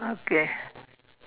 okay